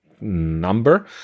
number